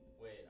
Wait